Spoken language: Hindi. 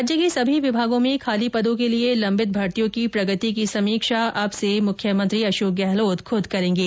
राज्य के सभी विभागों में खाली पदों के लिए लंबित भर्तियों की प्रगति की समीक्षा अब से मुख्यमंत्री खुद करेंगे